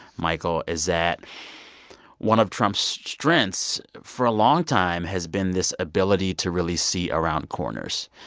michael, is that one of trump's strengths for a long time has been this ability to really see around corners.